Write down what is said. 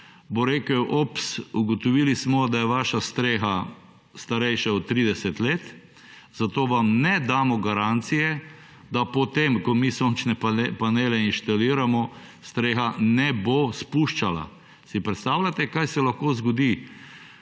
bo rekel, ups, ugotovili smo, da je vaša streha starejša od 30 let, zato vam ne damo garancije, da potem, ko mi sončne panele inštaliramo streha ne bo spuščala. Si predstavljate, kaj se lahko zgodi,